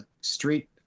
street